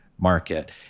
market